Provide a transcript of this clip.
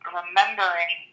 remembering